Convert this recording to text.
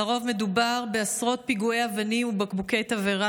לרוב מדובר בעשרות פיגועי אבנים ובקבוקי תבערה,